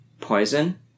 poison